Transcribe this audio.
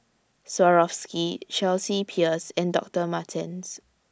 Swarovski Chelsea Peers and Doctor Martens